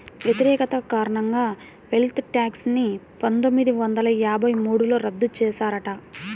వ్యతిరేకత కారణంగా wealth tax ని పందొమ్మిది వందల యాభై మూడులో రద్దు చేశారట